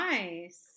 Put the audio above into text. Nice